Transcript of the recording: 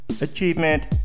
Achievement